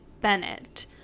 Bennett